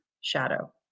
shadow